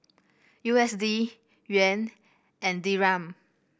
U S D Yuan and Dirham